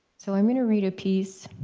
so i'm going to read a piece.